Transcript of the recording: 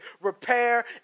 repair